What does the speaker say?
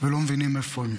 ולא מבינים איפה הם.